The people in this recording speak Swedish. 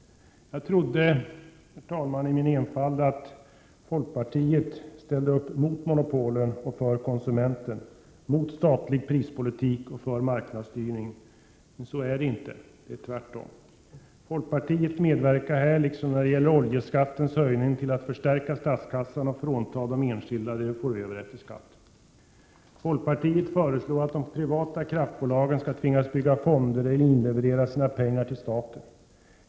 Jag trodde i min enfald, herr talman, att folkpartiet ställde upp mot monopolen och för konsumenten samt mot statlig prispolitik och för marknadsstyrning. Men så är det inte. Tvärtom medverkar folkpartiet här, liksom när det gäller höjningen av oljeskatten, till att förstärka statskassan och frånta de enskilda det de får över efter skatt. Folkpartiet föreslår att de privata kraftbolagen skall tvingas bygga upp fonder eller inleverera sina pengar till staten.